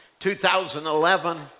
2011